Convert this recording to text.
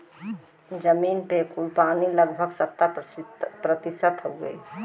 जमीन पे कुल पानी लगभग सत्तर प्रतिशत हउवे